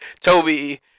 Toby